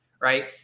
Right